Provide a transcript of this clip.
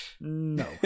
no